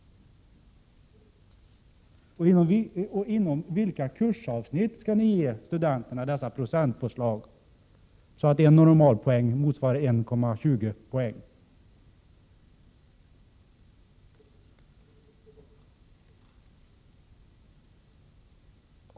Och inom vilka kursavsnitt skall ni ge studenterna dessa procentpåslag så att en normal poäng motsvarar 1,20 poäng?